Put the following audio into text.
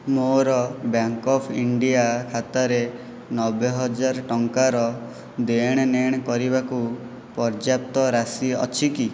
ମୋର bank of India ଖାତାରେ ନବେ ହଜାର ଟଙ୍କାର ଦେଣ ନେଣ କରିବାକୁ ପର୍ଯ୍ୟାପ୍ତ ରାଶି ଅଛି କି